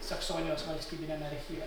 saksonijos valstybiniame archyve